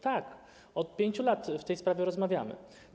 Tak, od 5 lat w tej sprawie rozmawiamy.